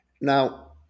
Now